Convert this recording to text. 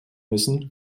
müssen